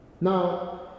Now